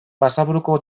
basaburuko